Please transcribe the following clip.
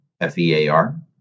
F-E-A-R